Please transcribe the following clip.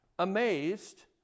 amazed